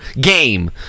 game